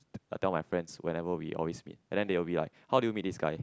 I tell my friends whenever we always meet and then they will be like how did you meet this guy